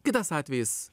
kitas atvejis